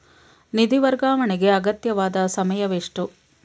ನಿಧಿ ವರ್ಗಾವಣೆಗೆ ಅಗತ್ಯವಾದ ಸಮಯವೆಷ್ಟು?